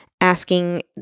asking